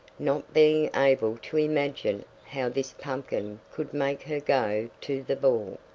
not being able to imagine how this pumpkin could make her go to the ball.